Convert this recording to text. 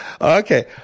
Okay